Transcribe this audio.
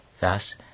Thus